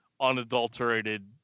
unadulterated